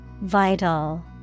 vital